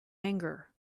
anger